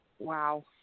Wow